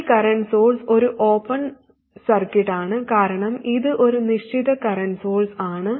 ഈ current source ഒരു open സർക്യൂട്ടാണ് കാരണം ഇത് ഒരു നിശ്ചിത കറന്റ് സോഴ്സ് ആണ്